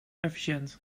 efficiënt